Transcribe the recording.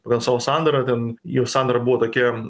pagal savo sandarą ten jų sandra buvo tokia